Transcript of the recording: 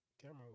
camera